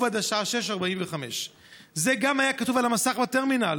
עד השעה 18:45. זה גם היה כתוב על המסך בטרמינל,